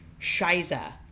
Shiza